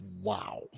Wow